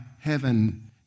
heaven